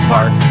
Park